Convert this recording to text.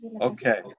Okay